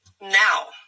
Now